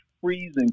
freezing